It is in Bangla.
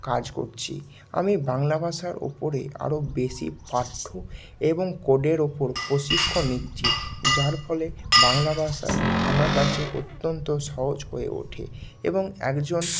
কাজ করছি আমি বাংলা ভাষার উপরে আরও বেশি পাঠ্য এবং কোডের ওপর প্রশিক্ষণ নিচ্ছি যার ফলে বাংলা ভাষা আমার কাছে অত্যন্ত সহজ হয়ে ওঠে এবং একজন